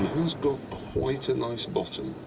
has got quite a nice bottom.